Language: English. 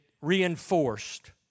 reinforced